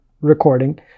recording